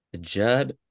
Judd